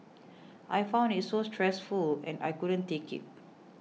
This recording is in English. I found it so stressful and I couldn't take it